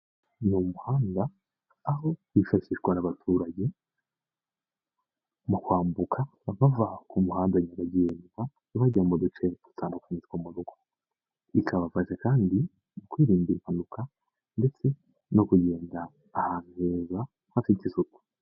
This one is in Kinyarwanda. Ni umuhanda wifashishwa n'abaturage mu kwambuka, baba bava ku muhanda nyabagendwa bajya mu duce dutandukanye two mu rugo. Bikabafasha kandi kwirinda impanuka ndetse no kugenda ahantu heza hafite isuku.